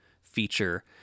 feature